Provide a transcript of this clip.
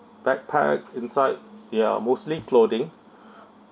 backpack inside they are mostly clothing